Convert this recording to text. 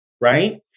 right